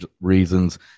reasons